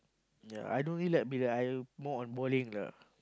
ya I don't really like billiard I more on bowling lah